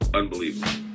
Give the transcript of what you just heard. unbelievable